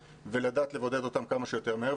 ולדעת לבודד אותם כמה שיותר מהר.